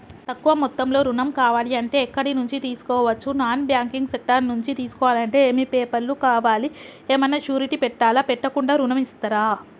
తక్కువ మొత్తంలో ఋణం కావాలి అంటే ఎక్కడి నుంచి తీసుకోవచ్చు? నాన్ బ్యాంకింగ్ సెక్టార్ నుంచి తీసుకోవాలంటే ఏమి పేపర్ లు కావాలి? ఏమన్నా షూరిటీ పెట్టాలా? పెట్టకుండా ఋణం ఇస్తరా?